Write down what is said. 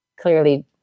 clearly